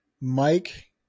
Mike